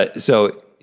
but so,